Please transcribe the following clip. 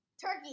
Turkey